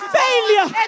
failure